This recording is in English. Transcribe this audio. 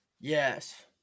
yes